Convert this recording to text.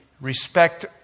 Respect